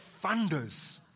thunders